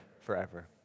forever